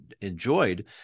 enjoyed